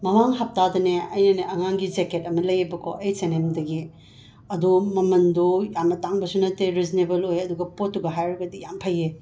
ꯃꯃꯥꯡ ꯍꯄꯇꯥꯗꯅꯦ ꯑꯩꯅꯅꯦ ꯑꯉꯥꯡꯒꯤ ꯖꯦꯀꯦꯠ ꯑꯃ ꯂꯩꯌꯦꯕꯀꯣ ꯑꯩꯆ ꯑꯦꯟ ꯑꯦꯝꯗꯒꯤ ꯑꯗꯣ ꯃꯃꯜꯗꯣ ꯌꯥꯝꯅ ꯇꯥꯡꯕꯁꯨ ꯅꯠꯇꯦ ꯔꯤꯖꯅꯦꯕꯜ ꯑꯣꯏꯌꯦ ꯑꯗꯨꯒ ꯄꯣꯠꯇꯨꯒ ꯍꯥꯏꯔꯒꯗꯤ ꯌꯥꯝꯅ ꯐꯩꯌꯦ